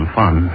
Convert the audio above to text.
fun